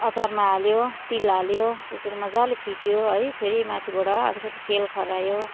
अचारमा हाल्यो तिल हाल्यो त्यसरी मज्जाले फिट्यो है फेरि माथिबाट अलिकति तेल खऱ्यायो